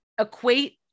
equate